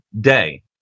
day